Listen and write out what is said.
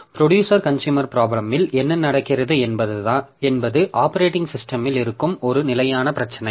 producer consumer ப்ராபிளமில் என்ன நடக்கிறது என்பது ஆப்பரேட்டிங் சிஸ்டமில் இருக்கும் ஒரு நிலையான பிரச்சினை